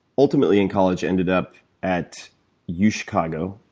ultimately, in college, ended up at yeah uchicago.